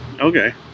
Okay